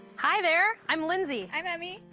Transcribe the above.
hi there, i'm lindsey. i'm emi.